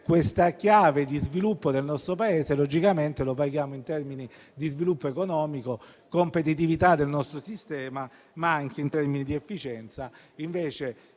questa chiave di sviluppo del nostro Paese logicamente vorrà dire pagare in termini di sviluppo economico, in competitività del nostro sistema e anche in termini di efficienza. Investendo